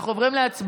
אנחנו עוברים להצבעה.